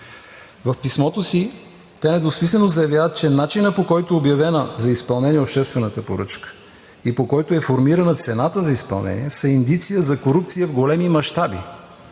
В писмото си те недвусмислено заявяват, че „начинът, по който е обявена за изпълнение обществената поръчка и по който е формирана цената за изпълнение, са индиция за корупция в големи мащаби,